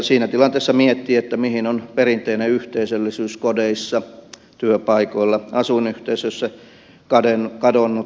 siinä tilanteessa miettii mihin on perinteinen yhteisöllisyys kodeissa työpaikoilla asuinyhteisöissä kadonnut